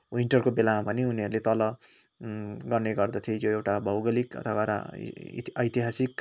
विन्टरको बेलामा भने उनीहरूले तल गर्ने गर्दथे यो एउटा भौगोलिक अथवा र ऐतिहासिक